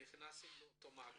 נכנסים לאותו מעגל.